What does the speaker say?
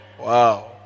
Wow